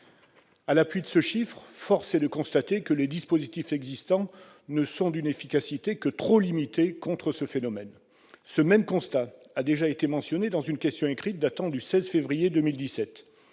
À l'appui de ce chiffre, force est de constater que les dispositifs existants sont d'une efficacité trop limitée contre le phénomène. Ce même constat a déjà été évoqué dans ma question écrite datant du 16 février 2017.